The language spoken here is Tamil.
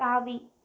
தாவி